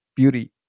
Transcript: Beauty